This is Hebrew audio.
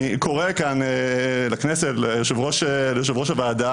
אני קורא כאן לכנסת, ליושב-ראש הוועדה,